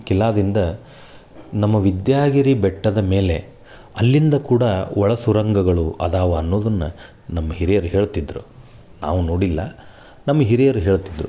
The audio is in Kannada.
ಕಿಲ್ಲಾದಿಂದ ನಮ್ಮ ವಿದ್ಯಾಗಿರಿ ಬೆಟ್ಟದ ಮೇಲೆ ಅಲ್ಲಿಂದ ಕೂಡ ಒಳ ಸುರಂಗಗಳು ಅದಾವೆ ಅನ್ನುದನ್ನ ನಮ್ಮ ಹಿರಿಯರು ಹೇಳ್ತಿದ್ದರು ನಾವು ನೋಡಿಲ್ಲ ನಮ್ಮ ಹಿರಿಯರು ಹೇಳ್ತಿದ್ದರು